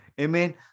Amen